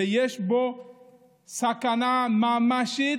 ויש בו סכנה ממשית,